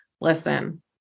listen